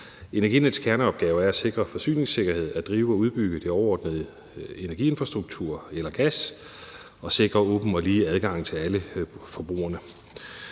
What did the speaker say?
Energinets kerneopgave er at sikre forsyningssikkerheden, at drive og udbygge den overordnede energiinfrastruktur af el og gas og sikre en åben og lige adgang til alle forbrugerne.